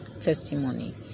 testimony